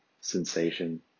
sensation